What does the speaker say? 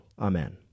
Amen